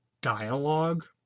dialogue